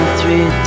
three